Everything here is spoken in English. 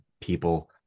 people